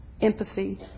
empathy